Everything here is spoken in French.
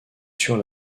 sur